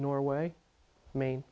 norway maine